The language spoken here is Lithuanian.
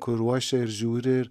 kur ruošia ir žiūri